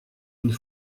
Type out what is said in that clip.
une